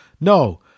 no